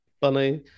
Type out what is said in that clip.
funny